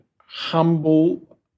humble